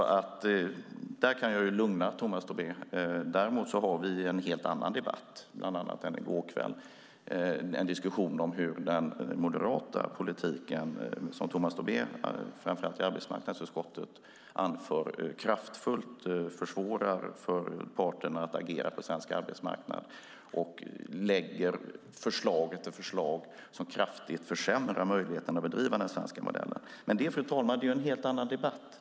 Där kan jag lugna Tomas Tobé. Däremot har vi fört en helt annan debatt, bland annat i går kväll, om hur den moderata politiken, som Tomas Tobé framför allt för fram i arbetsmarknadsutskottet, kraftfullt försvårar för parterna att agera på den svenska arbetsmarknaden. Ni lägger förslag efter förslag som kraftigt försämrar möjligheten att driva den svenska modellen, men det är en helt annan debatt, fru talman.